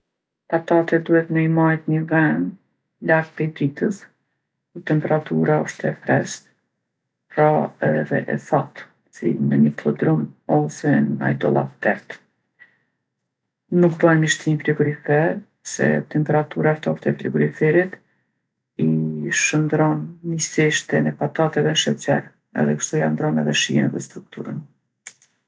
Patatet duhet me i majtë ni ven, larg pej dritës, ku temperatura osht e freskt, pra edhe e thatë, si në ni podrum ose naj dollap t'errtë. Nuk bon mi shti n'frigorifer se temperatura e ftoftë e frigoriferit i shëndrron niseshten e patateve n'sheqer edhe kshtu ia ndrron edhe shijen edhe strukturën.